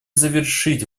завершить